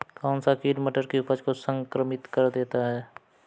कौन सा कीट मटर की उपज को संक्रमित कर देता है?